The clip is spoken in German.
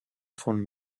von